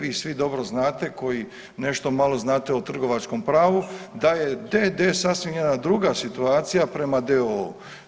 Vi svi dobro znate koji nešto malo znate o trgovačkom pravu da je d.d. sasvim jedna druga situacija prema d.o.o.